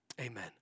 Amen